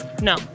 No